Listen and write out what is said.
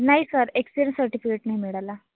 नाही sir excel certificate नाही मिळाला